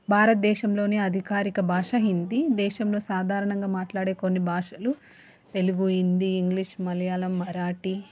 భారతదేశంలోని అధికారిక భాష హిందీ దేశంలో సాధారణంగా మాట్లాడే కొన్ని భాషలు తెలుగు హిందీ ఇంగ్లీష్ మలయాళం మరాఠీ